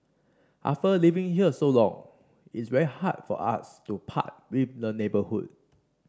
after living here so long it's very hard for us to part with the neighbourhood